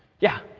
yeah?